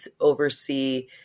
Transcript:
oversee